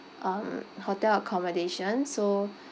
um hotel accommodation so